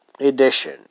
edition